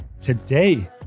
Today